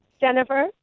Jennifer